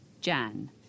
Jan